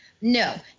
No